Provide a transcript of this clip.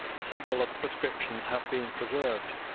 several of the prescriptions have been preserved.